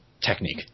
technique